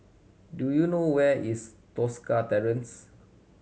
do you know where is Tosca Terrace